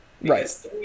Right